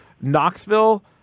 Knoxville